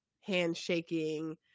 handshaking